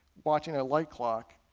watching a light clock.